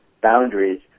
boundaries